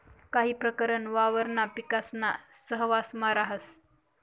काही प्रकरण वावरणा पिकासाना सहवांसमा राहस